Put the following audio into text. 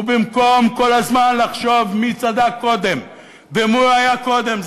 ובמקום כל הזמן לחשוב מי צדק קודם ומי היה קודם,